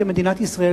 כמדינת ישראל,